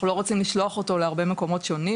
אנחנו לא רוצים לשלוח אותו להרבה מקומות שונים,